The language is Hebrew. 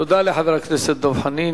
תודה לחבר הכנסת דב חנין.